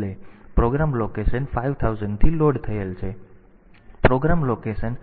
ધારો કે program location 5000 થી લોડ થયેલ છે પ્રોગ્રામ લોકેશન